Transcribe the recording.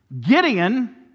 Gideon